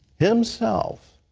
himself,